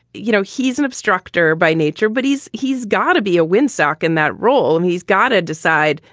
you know, he's an instructor by nature, but he's he's gotta be a windsock in that role and he's gotta decide.